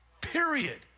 period